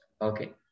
Okay